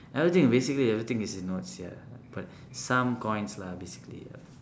everything basically everything is in notes ya but some coins lah basically ya